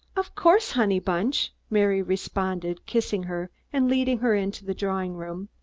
of course, honey-bunch! mary responded, kissing her and leading her into the drawing-room.